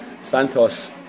Santos